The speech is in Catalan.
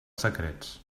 secrets